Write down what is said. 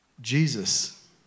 Jesus